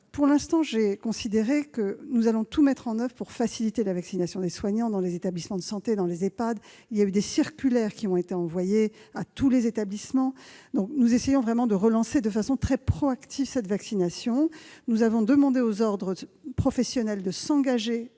Pour l'instant, j'ai considéré qu'il fallait tout mettre en oeuvre pour faciliter la vaccination des soignants dans les établissements de santé, dans les EHPAD. Des circulaires ont donc été envoyées à tous les établissements. Nous essayons vraiment de relancer de façon très proactive cette vaccination. Nous avons demandé aux ordres professionnels de s'engager